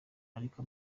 ariko